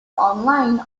online